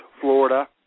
Florida